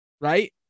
right